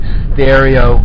stereo